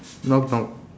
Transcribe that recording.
knock knock